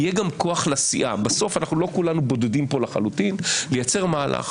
יהיה גם כוח לסיעה לייצר מהלך,